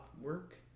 work